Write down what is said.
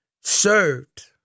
served